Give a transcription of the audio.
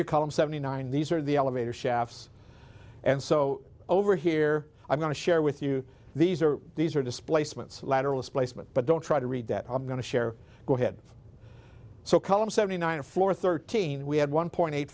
column seventy nine these are the elevator shafts and so over here i'm going to share with you these are these are displacements lateralus placement but don't try to read that i'm going to share go ahead so column seventy nine of floor thirteen we had one point eight